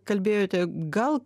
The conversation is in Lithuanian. kalbėjote gal